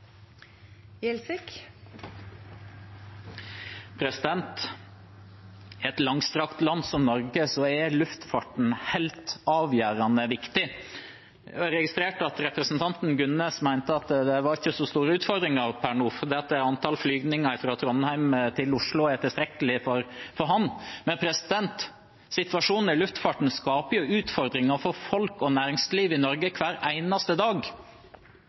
luftfarten helt avgjørende viktig. Jeg registrerte at representanten Gunnes mente at det ikke var så store utfordringer per nå, fordi antall flyvninger fra Trondheim til Oslo var tilstrekkelig for ham. Men situasjonen i luftfarten skaper utfordringer for folk og næringsliv i Norge hver eneste dag.